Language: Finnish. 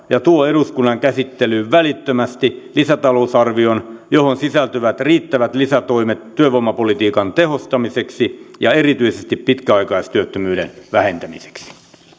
ja tuo eduskunnan käsittelyyn välittömästi lisätalousarvion johon sisältyvät riittävät lisätoimet työvoimapolitiikan tehostamiseksi ja erityisesti pitkäaikaistyöttömyyden vähentämiseksi